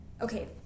okay